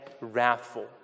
Wrathful